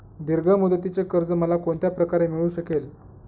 दीर्घ मुदतीचे कर्ज मला कोणत्या प्रकारे मिळू शकेल?